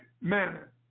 manner